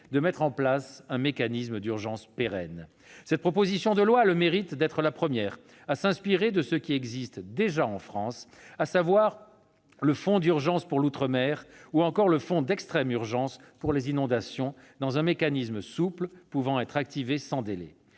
de mettre en place un mécanisme d'urgence pérenne. Cette proposition de loi a le mérite d'être la première à s'inspirer de ce qui existe déjà en France, à savoir le fonds d'urgence pour l'outre-mer ou encore le fonds d'extrême urgence pour les inondations, avec un mécanisme souple pouvant être activé sans délai.